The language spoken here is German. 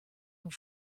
nur